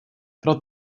pro